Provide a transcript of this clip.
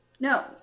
No